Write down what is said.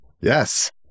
Yes